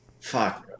fuck